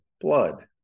blood